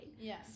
Yes